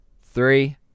Three